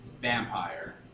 vampire